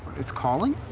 it's calling?